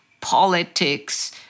politics